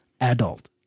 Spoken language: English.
adult